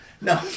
no